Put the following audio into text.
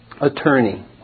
attorney